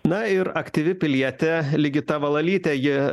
na ir aktyvi pilietė ligita valalytė ji